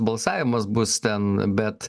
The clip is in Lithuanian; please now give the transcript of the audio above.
balsavimas bus ten bet